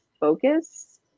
focus